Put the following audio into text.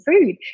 food